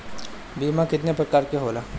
बीमा केतना प्रकार के होला?